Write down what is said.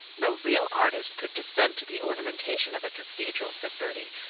no real artist could descend to the ornamentation of a cathedral said bertie,